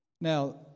Now